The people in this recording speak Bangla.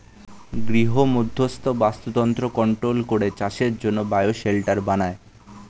গৃহমধ্যস্থ বাস্তুতন্ত্র কন্ট্রোল করে চাষের জন্যে বায়ো শেল্টার বানায়